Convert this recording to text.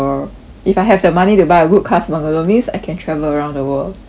if I have the money to buy a good class bungalow means I can travel around the world